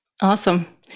Awesome